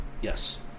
Yes